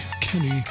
Kenny